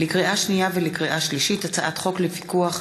לקריאה שנייה ולקריאה שלישית: הצעת חוק לפיקוח